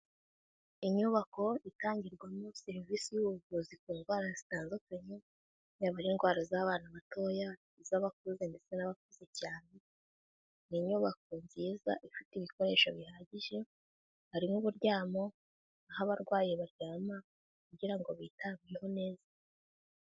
Inyubako itangirwamo serivisi y'ubuvuzi ku ndwara zitandukanye, yaba ari indwara z'abana batoya, iz'abakuze ndetse n'abakuze cyane, ni inyubako nziza ifite ibikoresho bihagije, harimo uburyamo, aho abarwayi baryama kugira ngo bitabweho neza.